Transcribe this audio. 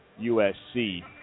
USC